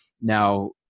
now